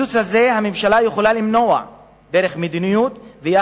הממשלה יכולה למנוע את הפיצוץ הזה באמצעות